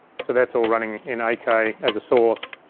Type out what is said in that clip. so that's all running in eight k as a source.